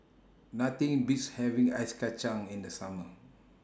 Nothing Beats having Ice Kachang in The Summer